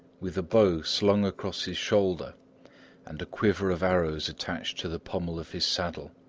with a bow slung across his shoulder and a quiver of arrows attached to the pummel of his saddle.